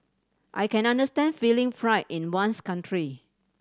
I can understand feeling pride in one's country